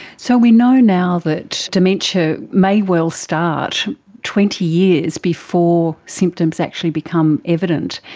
so we know now that dementia may well start twenty years before symptoms actually become evident.